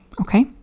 okay